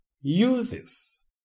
uses